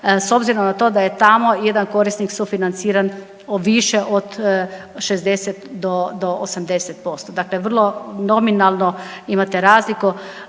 s obzirom na to da je tamo jedan korisnik sufinanciran više od 60 do 80%. Dakle, vrlo nominalno imate razliku